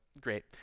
great